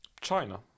China